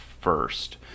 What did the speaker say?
first